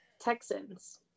Texans